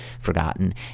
forgotten